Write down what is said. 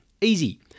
Easy